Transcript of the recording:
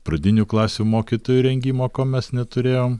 pradinių klasių mokytojų rengimo ko mes neturėjom